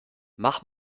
mach